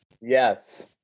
Yes